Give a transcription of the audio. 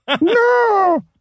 No